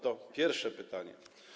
To pierwsze pytanie.